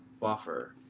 buffer